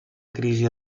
crisi